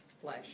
flesh